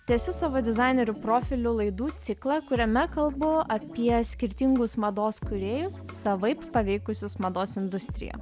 tęsiu savo dizainerių profilių laidų ciklą kuriame kalbu apie skirtingus mados kūrėjus savaip paveikusius mados industriją